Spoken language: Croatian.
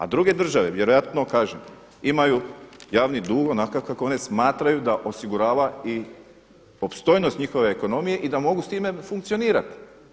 A druge države vjerojatno kažem imaju javni dug onakav kako one smatraju da osigurava i opstojnost njihove ekonomije i da mogu s time funkcionirati.